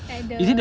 at the